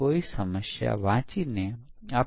તે રીગ્રેસનને કારણે છે